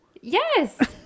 yes